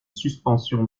suspension